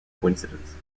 coincidence